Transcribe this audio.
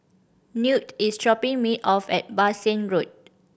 Newt is dropping me off at Bassein Road